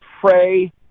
pray